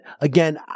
again